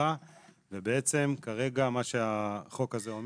הארכה ובעצם כרגע מה שהחוק הזה אומר,